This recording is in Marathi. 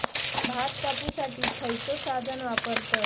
भात कापुसाठी खैयचो साधन वापरतत?